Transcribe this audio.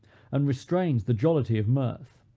and restrains the jollity of mirth.